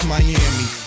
Miami